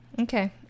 Okay